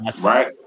Right